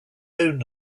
own